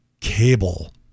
cable